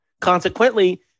Consequently